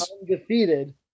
undefeated